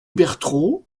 bertraud